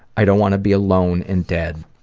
i don't want to be alone and dead.